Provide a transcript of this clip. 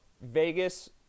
vegas